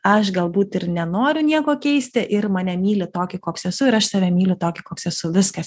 aš galbūt ir nenoriu nieko keisti ir mane myli tokį koks esu ir aš save myliu tokį koks esu viskas